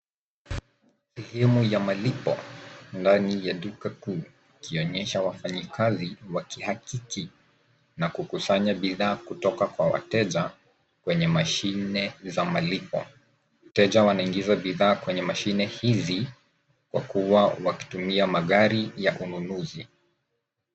Sehemu ya malipo ndani ya duka kuu ikionyesha wafanyakazi wakihakiki na kukusanya bidhaa kutoka kwa wateja kwenye mashine za malipo. Wateja wanaingiza bidhaa kwenye mashine hizi kwa kuwa waki kutumia magari ya ununuzi.